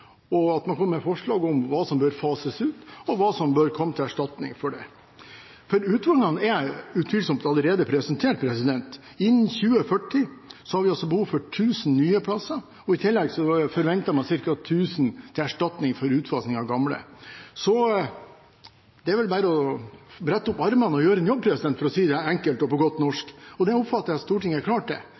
hit, hvor man går gjennom dagens bygningsmasse som kriminalomsorgen rår over, med forslag om hva som bør fases ut, og hva som bør komme til erstatning for det. For behovet er utvilsomt allerede presentert: Innen 2040 har vi behov for 1000 nye plasser, og i tillegg forventer man ca. 1000 til erstatning for utfasing av gamle. Det er bare å brette opp ermene og gjøre en jobb, for å si det enkelt og på godt norsk. Det oppfatter jeg at Stortinget er klar til.